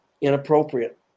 inappropriate